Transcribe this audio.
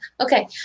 Okay